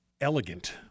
Elegant